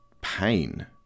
pain